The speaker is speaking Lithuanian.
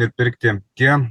ir pirkti tie